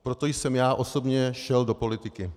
Proto jsem já osobně šel do politiky.